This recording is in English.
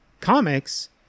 comics